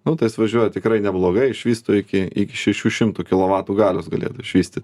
nu tai jis važiuoja tikrai neblogai išvysto iki iki šešių šimtų kilovatų galios galėtų išvystyt